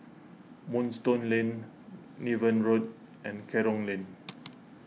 Moonstone Lane Niven Road and Kerong Lane